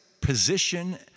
position